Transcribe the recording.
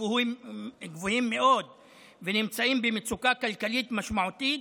גבוהים מאוד ונמצאים במצוקה כלכלית משמעותית,